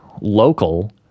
local